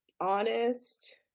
honest